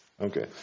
Okay